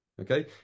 okay